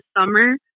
summer